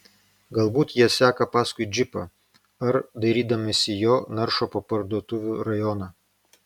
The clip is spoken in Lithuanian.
galbūt jie seka paskui džipą ar dairydamiesi jo naršo po parduotuvių rajoną